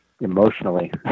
emotionally